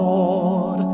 Lord